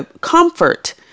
comfort